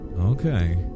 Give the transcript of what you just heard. Okay